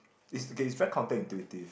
it's okay it's very contact intuitive